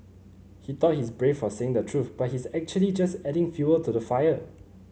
he thought his brave for saying the truth but he's actually just adding fuel to the fire